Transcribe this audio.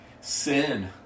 sin